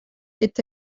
est